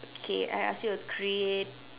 okay I ask you a crea~